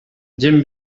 jim